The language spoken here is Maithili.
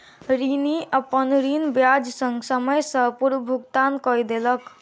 ऋणी, अपन ऋण ब्याज संग, समय सॅ पूर्व भुगतान कय देलक